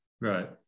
Right